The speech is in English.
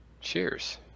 Cheers